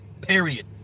period